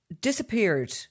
disappeared